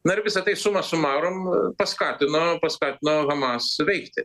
na ir visa tai summa summarum paskatino paskatino hamas veikti